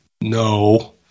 No